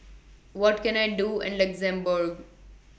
What Can I Do in Luxembourg